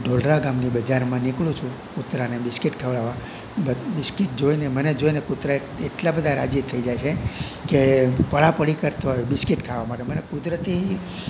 ઢોલરા ગામની બજારમાં નિકળું છું કુતરાને બિસ્કિટ ખવડાવવા બિસ્કિટ જોઈને મને જોઈને કુતરા એટલા બધા રાજી થઈ જાય છે કે પડાપડી કરતા હોય બિસ્કિટ ખાવા માટે મને કુદરતી